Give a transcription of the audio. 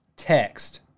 text